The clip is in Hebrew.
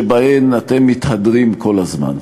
שבהן אתם מתהדרים כל הזמן.